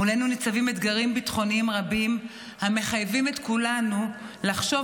מולנו ניצבים אתגרים ביטחוניים רבים המחייבים את כולנו לחשוב